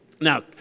now